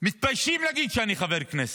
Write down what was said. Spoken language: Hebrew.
מתבייש להגיד שאני חבר כנסת.